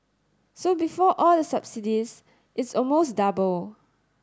so before all the subsidies it's almost double